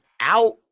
out